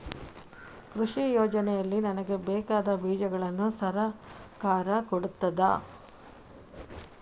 ಕೃಷಿ ಯೋಜನೆಯಲ್ಲಿ ನನಗೆ ಬೇಕಾದ ಬೀಜಗಳನ್ನು ಸರಕಾರ ಕೊಡುತ್ತದಾ?